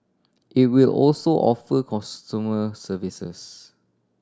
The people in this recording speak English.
it will also offer consumer services